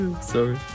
Sorry